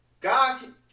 God